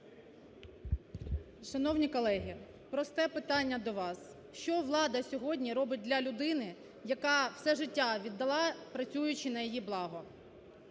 Шановні колеги, просте питання до вас: що влада сьогодні робить для людини, яка все життя віддала, працюючи на її благо.